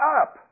up